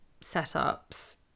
setups